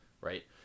right